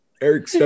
Eric